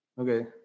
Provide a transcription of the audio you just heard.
Okay